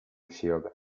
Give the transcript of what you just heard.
shield